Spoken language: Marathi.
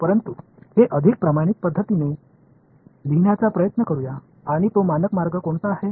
परंतु हे अधिक प्रमाणित पद्धतीने लिहिण्याचा प्रयत्न करूया आणि तो मानक मार्ग कोणता आहे